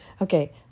Okay